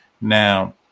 Now